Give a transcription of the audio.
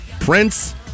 Prince